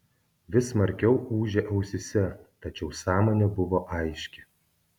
vis smarkiau ūžė ausyse tačiau sąmonė buvo aiški